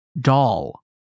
doll